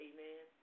Amen